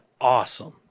awesome